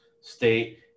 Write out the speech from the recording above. State